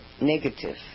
negative